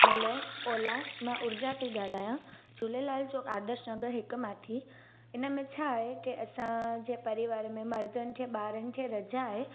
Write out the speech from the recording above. hello ओला मां उर्जा थी ॻाल्हायां झूलेलाल जो आर्दश नगर हिकु माथी इनमें छा आहे के असां जे परिवार में मर्दनि खे ॿारनि खे रज़ा आहे